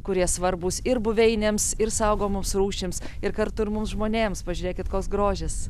kurie svarbūs ir buveinėms ir saugomoms rūšims ir kartu ir mums žmonėms pažiūrėkit koks grožis